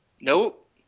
Nope